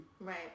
Right